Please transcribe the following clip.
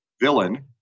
villain